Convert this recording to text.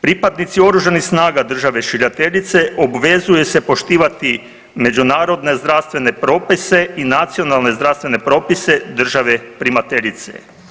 Pripadnici OS-a države šiljateljice obvezuje se poštivati međunarodne zdravstvene propise i nacionalne zdravstvene propise države primateljice.